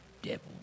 devil